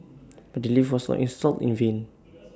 but the lift was not installed in vain